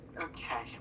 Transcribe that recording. Okay